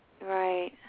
Right